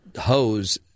hose